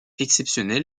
exceptionnel